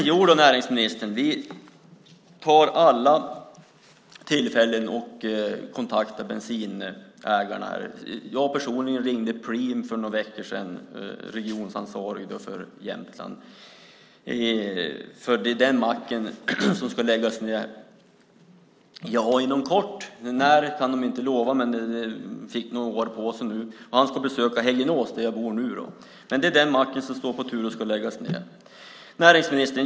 Fru talman! Jodå, näringsministern, vi tar alla tillfällen att kontakta bensinbolagen. Jag personligen ringde Preems regionsansvarige för Jämtland för några veckor sedan, för det är den macken som ska läggas ned inom kort. När kan de inte lova, men de fick något år på sig nu. Han ska besöka Häggenås, där jag bor nu. Men det är den macken som står på tur att läggas ned. Näringsministern!